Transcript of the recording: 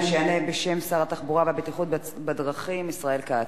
שיענה בשם שר התחבורה והבטיחות בדרכים ישראל כץ.